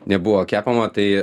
nebuvo kepama tai